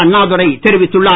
அண்ணாதுரை தெரிவித்துள்ளார்